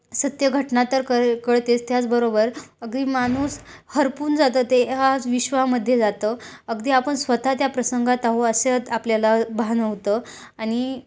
सत्य घटना तर कर कळतेच त्याचबरोबर अगदी माणूस हरपून जातं ते ह्याच विश्वामध्ये जातं अगदी आपण स्वतः त्या प्रसंगात आहोत असे आपल्याला भान होतं आणि